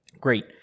Great